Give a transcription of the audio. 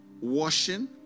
washing